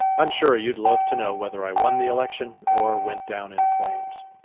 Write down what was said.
i'm sure you'd loved to know whether i won the election or went down in flames.